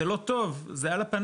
"זה לא טוב, זה על הפנים".